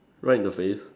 right in the face